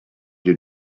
your